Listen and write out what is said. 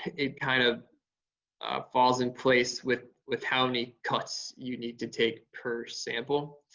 it kind of falls in place with with how many cuts you need to take per sample.